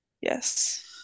Yes